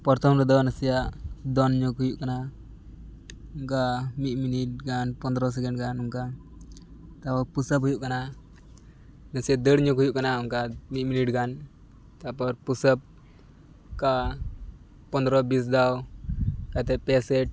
ᱯᱚᱨᱛᱷᱚᱢ ᱨᱮᱫᱚ ᱱᱟᱥᱤᱭᱟᱜ ᱫᱚᱱᱧᱚᱜ ᱦᱩᱭᱩᱜ ᱠᱟᱱᱟ ᱚᱱᱠᱟ ᱢᱤᱫ ᱢᱤᱱᱤᱴᱜᱟᱱ ᱯᱚᱱᱫᱨᱚ ᱥᱮᱠᱮᱱᱰᱜᱟᱱ ᱱᱚᱝᱠᱟ ᱛᱟᱯᱚᱨ ᱯᱩᱥᱟᱯ ᱦᱩᱭᱩᱜ ᱠᱟᱱᱟ ᱱᱟᱥᱮᱭᱟᱜ ᱫᱟᱹᱲᱧᱚᱜ ᱦᱩᱭᱩᱜ ᱠᱟᱱᱟ ᱚᱱᱠᱟ ᱢᱤᱫ ᱢᱤᱱᱤᱴᱜᱟᱱ ᱛᱟᱯᱚᱨ ᱯᱩᱥᱟᱯ ᱯᱚᱱᱫᱨᱚ ᱵᱤᱥ ᱫᱷᱟᱣ ᱠᱟᱛᱮ ᱯᱮ ᱥᱮᱴ